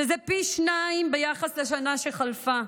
שזה פי שניים ביחס לשנה שחלפה.